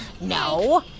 No